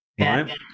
Right